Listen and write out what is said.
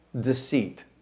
deceit